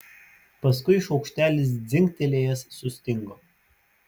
paskui šaukštelis dzingtelėjęs sustingo